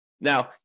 Now